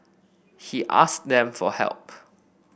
he asked them for help